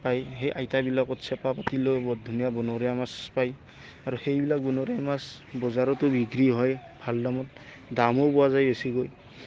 পায় সেই চেপা পাতি লৈ বহুত ধুনীয়া বনৰীয়া মাছ পায় আৰু সেইবিলাক বনৰীয়া মাছ বজাৰতো বিক্ৰী হয় ভাল দামত দামো পোৱা যায় বেছিকৈ